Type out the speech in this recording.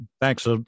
Thanks